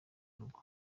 urugo